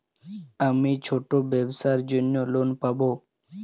আমি ছোট ব্যবসার জন্য লোন পাব?